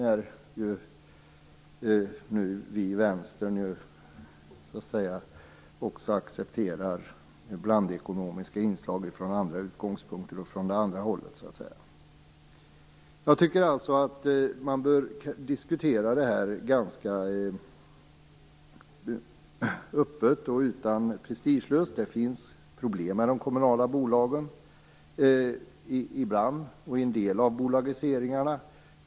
Vi i Vänstern accepterar ju nu blandekonomiska inslag från andra utgångspunkter, så att säga från det andra hållet. Man bör diskutera detta ganska öppet och prestigelöst. Det finns ibland problem med de kommunala bolagen och en del av bolagiseringarna.